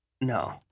No